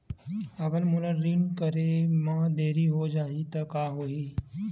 अगर मोला ऋण करे म देरी हो जाहि त का होही?